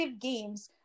games